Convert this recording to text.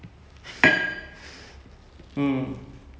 are like doing well so he'll go to that industry